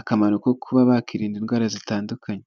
akamaro ko kuba bakirinda indwara zitandukanye.